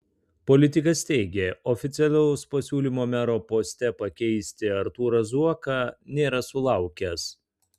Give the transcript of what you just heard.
politikas teigė oficialaus pasiūlymo mero poste pakeisti artūrą zuoką nėra sulaukęs